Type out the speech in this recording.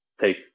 take